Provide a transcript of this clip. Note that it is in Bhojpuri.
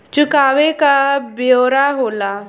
चुकावे क ब्योरा होला